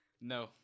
no